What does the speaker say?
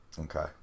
Okay